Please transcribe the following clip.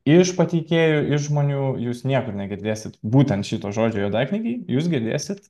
iš pateikėjų iš žmonių jūs niekur negirdėsit būtent šito žodžio juodaknygiai jūs girdėsit